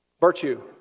Virtue